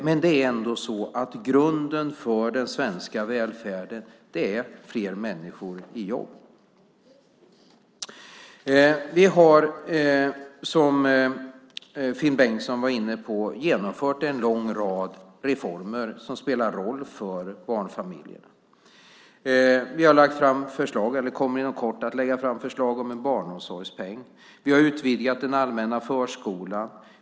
Men det är ändå så att grunden för den svenska välfärden är fler människor i jobb. Vi har, som Finn Bengtsson var inne på, genomfört en lång rad reformer som spelar roll för barnfamiljer. Vi kommer inom kort att lägga fram förslag om en barnomsorgspeng. Vi har utvidgat den allmänna förskolan.